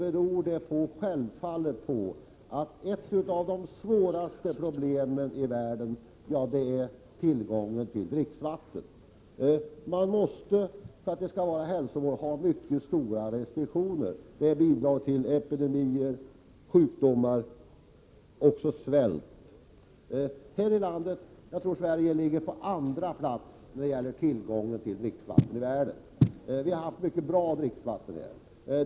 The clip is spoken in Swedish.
Ett av de svåraste problemen i världen är tillgången på dricksvatten. Man måste för att det inte skall vara hälsovådligt ha mycket starka restriktioner, eftersom i annat fall epidemier och även svält kan uppkomma. Sverige ligger på andra plats i världen när det gäller tillgången till dricksvatten i världen. Vi har haft ett mycket bra dricksvatten i vårt land.